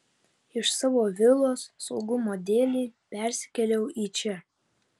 iš savo vilos saugumo dėlei persikėliau į čia